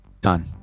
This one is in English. done